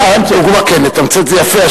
כן, לתמצת זה יפה.